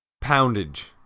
Poundage